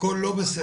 הכל לא בסדר.